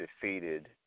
defeated